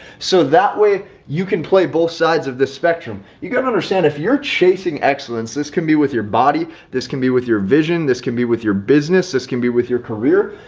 so that way, you can play both sides of the spectrum. you got to understand if you're chasing excellence, this can be with your body. this can be with your vision, this can be with your business, this can be with your career.